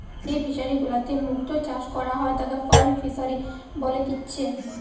যেই ফিশারি গুলাতে মুক্ত চাষ করা হয় তাকে পার্ল ফিসারী বলেতিচ্ছে